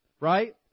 Right